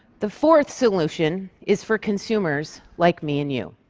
the fourth solution is for consumers like me and you.